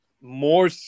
more